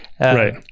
Right